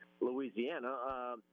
Louisiana